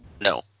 No